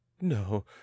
No